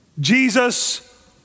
Jesus